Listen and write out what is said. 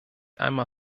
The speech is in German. einmal